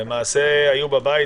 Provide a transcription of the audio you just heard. למעשה היו בבית,